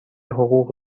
حقوق